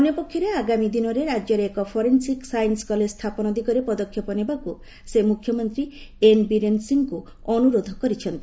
ଅନ୍ୟପକ୍ଷରେ ଆଗାମୀ ଦିନରେ ରାଜ୍ୟରେ ଏକ ଫରେନ୍ସିକ୍ ସାଇନ୍ କଲେଜ ସ୍ଥାପନ ଦିଗରେ ପଦକ୍ଷେପ ନେବାକୁ ସେ ମୁଖ୍ୟମନ୍ତ୍ରୀ ଏନ୍ ବୀରେନ୍ ସିଂହଙ୍କୁ ଅନୁରୋଧ କରିଛନ୍ତି